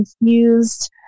confused